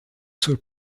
zur